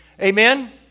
Amen